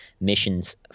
missions